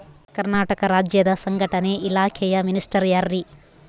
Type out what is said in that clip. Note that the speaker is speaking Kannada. ಕರ್ನಾಟಕ ರಾಜ್ಯದ ಸಂಘಟನೆ ಇಲಾಖೆಯ ಮಿನಿಸ್ಟರ್ ಯಾರ್ರಿ?